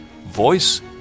voice